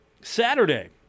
Saturday